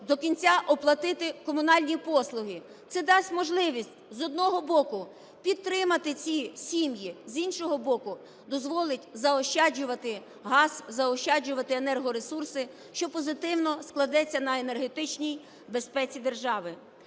до кінця оплатити комунальні послуги. Це дасть можливість, з одного боку, підтримати ці сім'ї, з іншого боку, дозволить заощаджувати газ, заощаджувати енергоресурси, що позитивно складеться на енергетичній безпеці держави.